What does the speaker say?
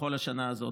בכל השנה הזאת?